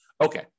Okay